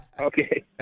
Okay